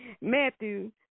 Matthew